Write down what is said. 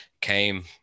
came